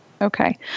Okay